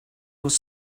was